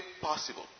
possible